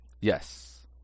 Yes